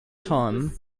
time